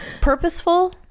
Purposeful